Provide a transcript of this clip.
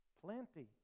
Plenty